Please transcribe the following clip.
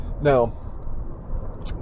Now